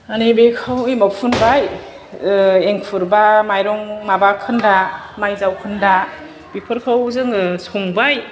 माने बेखौ इमाव फुनबाय ओह इंखुर बा मायरं माबा खोन्दा माय जावखोन्दा बेफोरखौ जोङो संबाय